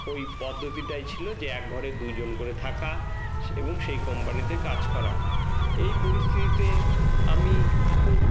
ওই পদ্ধতিটাই ছিলো যে এক ঘরে দুজন করে থাকা এবং সেই কম্পানিতে কাজ করা এই পরিস্থিতিতে আমি খুব